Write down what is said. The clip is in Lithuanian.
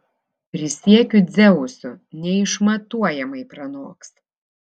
prisiekiu dzeusu neišmatuojamai pranoks